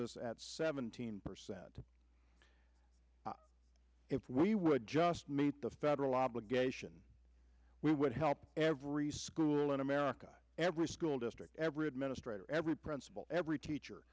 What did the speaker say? us at seventeen percent if we would just meet the federal obligation we would help every school in america every school district every administrator every principal every teacher